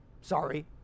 Sorry